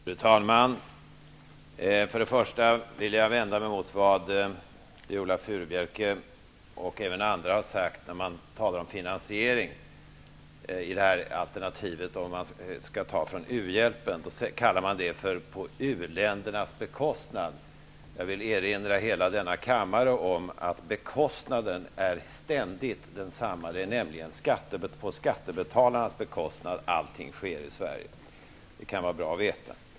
Fru talman! För det första vill jag vända mig emot vad Viola Furubjelke och även andra har sagt när de talar om finansieringen i alternativet där man skall ta från u-hjälpen. De kallar det för ''på uländernas bekostnad''. Jag vill erinra hela kammaren om att bekostnaden ständigt är den samma. Det är nämligen på skattebetalarnas bekostnad allting sker i Sverige. Det kan vara bra att veta.